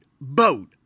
boat